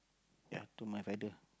ya to my father